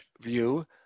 view